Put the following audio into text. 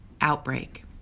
outbreak